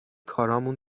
کارامون